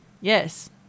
Yes